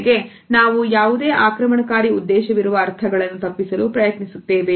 ಜೊತೆಗೆ ನಾವು ಯಾವುದೇ ಆಕ್ರಮಣಕಾರಿ ಉದ್ದೇಶವಿರುವ ಅರ್ಥಗಳನ್ನು ತಪ್ಪಿಸಲು ಪ್ರಯತ್ನಿಸುತ್ತೇವೆ